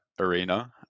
arena